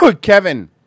Kevin